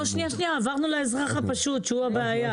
שנייה, עברנו לאזרח הפשוט, שהוא הבעיה.